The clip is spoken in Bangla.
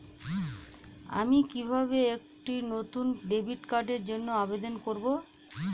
আমি কিভাবে একটি নতুন ডেবিট কার্ডের জন্য আবেদন করব?